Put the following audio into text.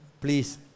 Please